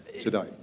today